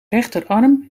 rechterarm